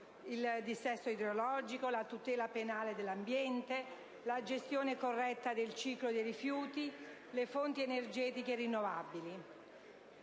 il dissesto idrogeologico, la tutela penale dell'ambiente, la gestione corretta dei ciclo dei rifiuti e le fonti energetiche rinnovabili.